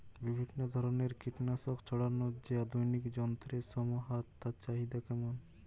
বিভিন্ন ধরনের কীটনাশক ছড়ানোর যে আধুনিক যন্ত্রের সমাহার তার চাহিদা কেমন?